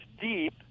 deep